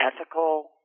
ethical